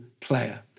player